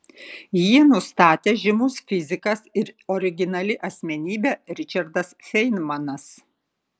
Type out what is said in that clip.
jį nustatė žymus fizikas ir originali asmenybė ričardas feinmanas